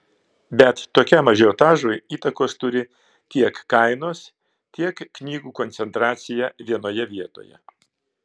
bet tokiam ažiotažui įtakos turi tiek kainos tiek knygų koncentracija vienoje vietoje